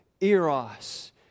eros